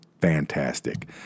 Fantastic